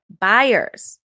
buyers